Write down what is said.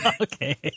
Okay